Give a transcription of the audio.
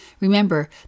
Remember